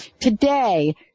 Today